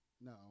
No